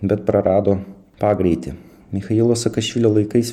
bet prarado pagreitį michailo sakašvilio laikais